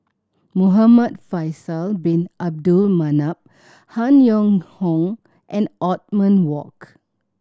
Muhamad Faisal Bin Abdul Manap Han Yong Hong and Othman Wok